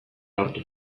hartu